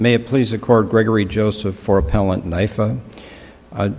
may please accord gregory joseph